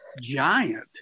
Giant